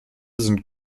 sind